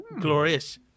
glorious